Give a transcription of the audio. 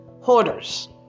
hoarders